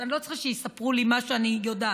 אני לא צריכה שיספרו לי מה שאני יודעת.